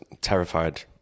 terrified